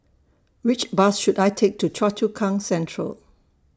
Which Bus should I Take to Choa Chu Kang Central